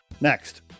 Next